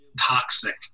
toxic